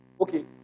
Okay